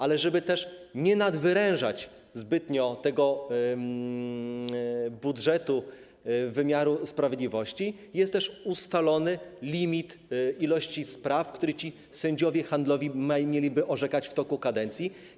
Ale żeby też nie nadwyrężać zbytnio budżetu wymiaru sprawiedliwości, jest ustalony limit spraw, w których sędziowie handlowi mieliby orzekać w toku kadencji.